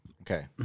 Okay